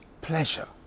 pleasure